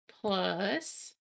Plus